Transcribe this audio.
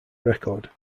record